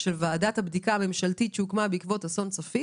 של ועדת הבדיקה הממשלתית שהוקמה בעקבות אסון צפית.